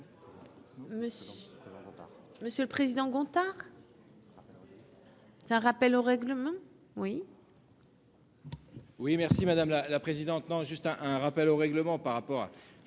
monsieur le président Gontard. C'est un rappel au règlement, oui. Oui merci madame la présidente, non, juste un un rappel au règlement par rapport,